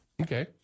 Okay